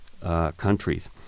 countries